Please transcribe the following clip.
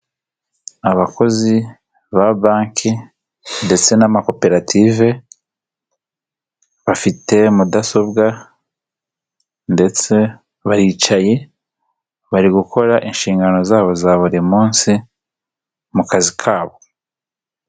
Abakozi ba banki ndetse n'amakoperative bafite mudasobwa ndetse baricaye bari gukora inshingano zabo za buri munsi mu kazi kabo.